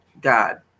God